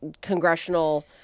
congressional